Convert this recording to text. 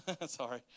Sorry